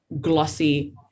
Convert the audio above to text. glossy